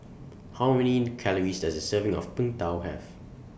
How Many Calories Does A Serving of Png Tao Have